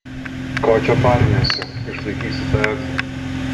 ko čia pariniesi išlaikysi tą egzą